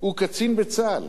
הוא קצין בצה"ל,